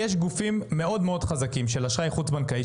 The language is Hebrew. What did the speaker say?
יש גופים מאוד מאוד חזקים של אשראי חוץ-בנקאי,